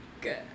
Good